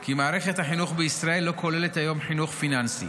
כי מערכת החינוך בישראל אינה כוללת היום חינוך פיננסי.